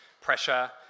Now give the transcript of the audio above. pressure